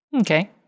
Okay